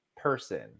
person